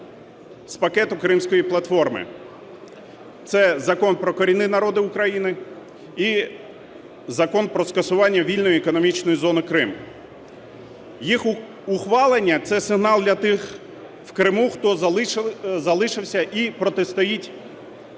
з пакету "Кримської платформи": це Закон про корінні народи України і Закон про скасування вільної економічної зони "Крим". Їх ухвалення – це сигнал для тих в Криму, хто залишився і протистоїть